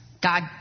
God